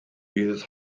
bydd